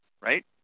Right